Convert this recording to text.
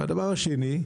והדבר השני,